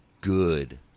good